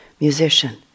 musician